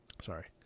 Sorry